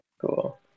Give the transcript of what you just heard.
Cool